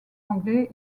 anglais